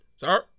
sir